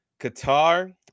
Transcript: Qatar